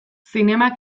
zinema